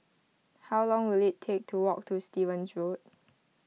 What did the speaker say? how long will it take to walk to Stevens Road